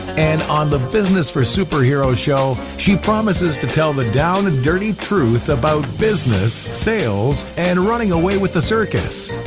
and on the business for superheroes show she promises to tell the down and dirty truth about business, sales and running away with the circus.